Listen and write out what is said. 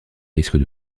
risques